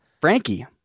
Frankie